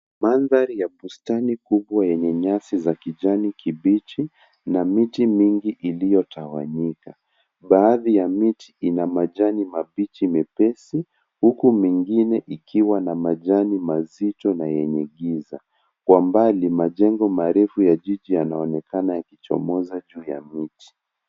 Mandhari ya bustani kubwa yenye nyasi za kijani kibichi na miti mingi iliyotawanyika baadhi ya miti ina majani mabichi mepesi huku mengine ikiwa na majani mazito na yenye giza. Kwa mbali majengo marefu ya jiji yanaonekana yakichomoza juu ya miti.